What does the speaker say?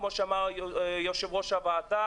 כמו שאמר יושב-ראש הוועדה.